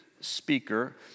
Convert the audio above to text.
speaker